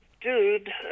dude